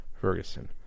Ferguson